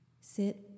sit